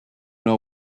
know